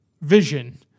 vision